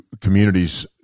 communities